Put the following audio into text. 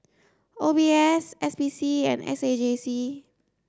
O B S S P C and S A J C